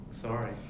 Sorry